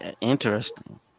Interesting